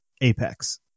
Apex